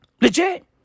Legit